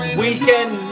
weekend